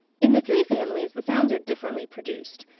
in the three families the sounds are differently produced.